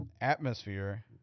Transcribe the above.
atmosphere